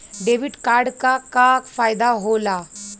Debit card क का फायदा हो ला?